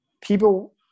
People